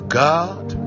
god